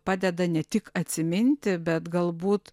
padeda ne tik atsiminti bet galbūt